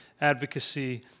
advocacy